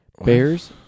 Bears